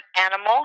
animal